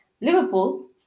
liverpool